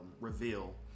reveal